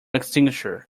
extinguisher